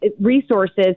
resources